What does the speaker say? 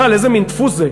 בכלל, איזה מין דפוס זה?